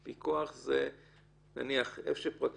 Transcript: הבקרה והפיקוח זה בעל הסמכות.